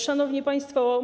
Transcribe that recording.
Szanowni Państwo!